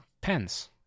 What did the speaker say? Pens